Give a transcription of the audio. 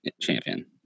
champion